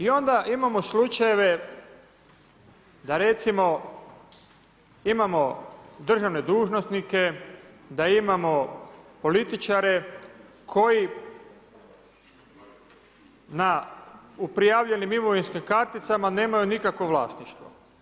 I onda imamo slučajeve da recimo imamo državne dužnosnike, da imamo političare koji u prijavljenim imovinskim karticama nemaju nikakvo vlasništvo.